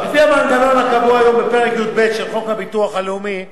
לפי המנגנון הקבוע היום בפרק י"ב של חוק הביטוח הלאומי ,